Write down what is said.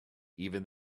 even